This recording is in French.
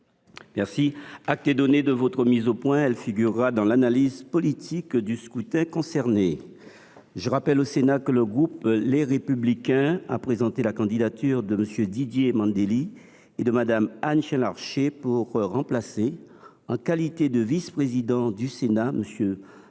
Acte est donné de cette mise au point, mon cher collègue. Elle figurera dans l’analyse politique du scrutin concerné. Je rappelle au Sénat que le groupe Les Républicains a présenté les candidatures de M. Didier Mandelli et de Mme Anne Chain Larché pour remplacer, en qualité de vice présidents du Sénat, M. Mathieu